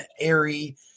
Airy